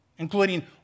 including